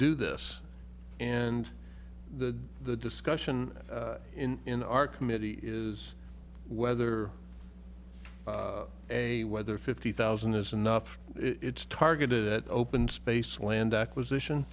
do this and the the discussion in our committee is whether a whether fifty thousand is enough it's targeted at open space land acquisition